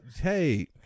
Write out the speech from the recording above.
hey